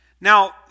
Now